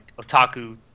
otaku